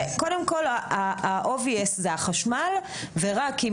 קודם כל הדבר הברור הוא החשמל ורק אם